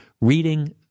reading